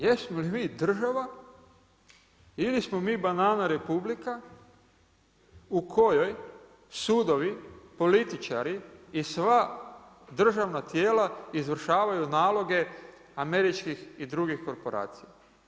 Jesmo li mi država ili smo mi „banana republika“ u kojoj sudovi, političari i sva državna tijela izvršavaju naloge američkih i drugih korporacija.